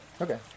Okay